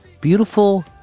Beautiful